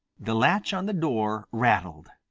the latch on the door rattled.